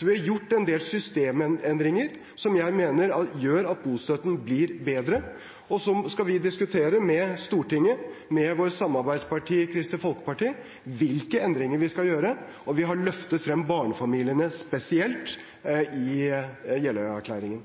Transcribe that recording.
Vi har gjort en del systemendringer som jeg mener gjør at bostøtten blir bedre. Så skal vi diskutere med Stortinget, med vårt samarbeidsparti Kristelig Folkeparti, hvilke endringer vi skal gjøre, og vi har løftet frem barnefamiliene spesielt i